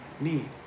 need